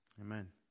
Amen